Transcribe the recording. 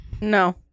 No